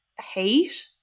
hate